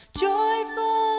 Joyful